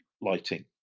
lighting